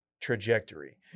trajectory